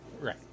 Right